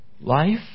Life